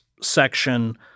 section